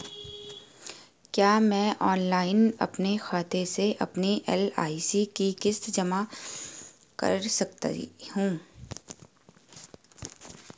क्या मैं ऑनलाइन अपने खाते से अपनी एल.आई.सी की किश्त जमा कर सकती हूँ?